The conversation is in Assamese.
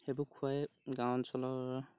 সেইবোৰ খোৱায়েই গাঁও অঞ্চলৰ